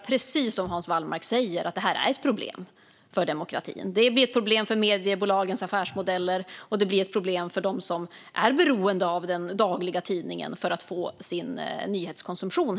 Precis som Hans Wallmark säger är det här ett problem för demokratin. Det blir ett problem för mediebolagens affärsmodeller, och det blir ett problem för dem som är beroende av den dagliga tidningen för att få sin nyhetskonsumtion.